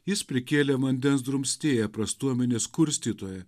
jis prikėlė vandens drumstėją prastuomenės kurstytoją